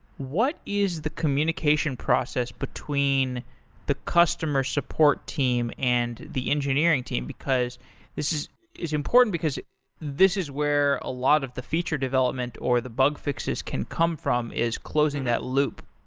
what is the communication process between the customer support team and the engineering team, because this is is important, because this is where a lot of the feature development, or the bug fixes can come from, is closing that loop.